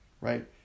right